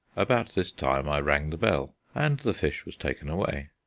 about this time i rang the bell and the fish was taken away.